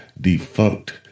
defunct